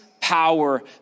power